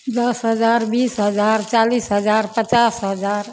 दस हजार बीस हजार चालिस हजार पचास हजार